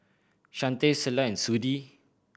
Chantel Selah Sudie